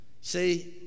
See